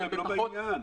הם לא בעניין.